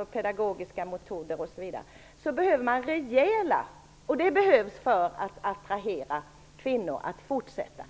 och pedagogiska metoder behövs rejäla belöningar. Det behövs för att attrahera kvinnor att fortsätta.